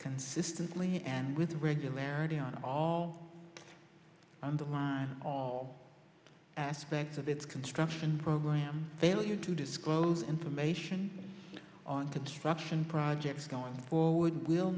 consistently and with regularity on all on the line all aspects of its construction program failure to disclose information on construction projects going forward